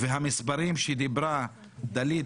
המספרים שדיברו עליהם דלית